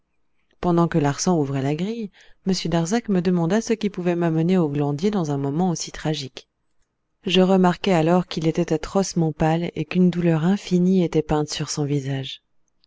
pendant que larsan ouvrait la grille m darzac me demanda ce qui pouvait m'amener au glandier dans un moment aussi tragique je remarquai alors qu'il était atrocement pâle et qu'une douleur infinie était peinte sur son visage